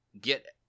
get